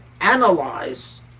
analyze